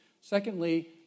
Secondly